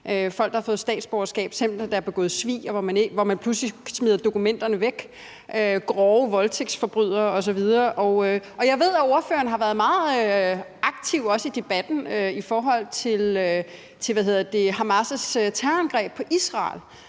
folk, der har fået statsborgerskab, selv om der er begået svig, hvor man pludselig smider dokumenterne væk, og der er også personer, der har begået grove voldtægter osv. Jeg ved, at ordføreren har været meget aktiv i debatten i forhold til Hamas' terrorangreb på Israel.